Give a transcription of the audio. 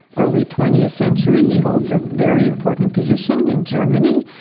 early twentieth century, he holds a very important position in germany,